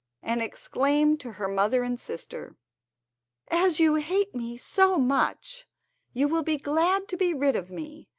and exclaimed to her mother and sister as you hate me so much you will be glad to be rid of me,